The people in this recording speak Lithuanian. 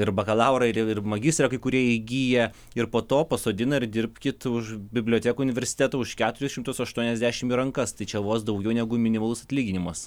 ir bakalaurą ir ir magistrą kai kurie įgija ir po to pasodina ir dirbkit už bibliotekų universitetą už keturis šimtus aštuoniasdešim į rankas tai čia vos daugiau negu minimalus atlyginimas